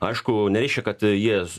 aišku nereiškia kad jie